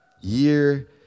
year